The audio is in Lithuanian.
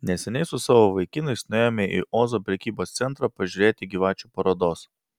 neseniai su savo vaikinais nuėjome į ozo prekybos centrą pažiūrėti gyvačių parodos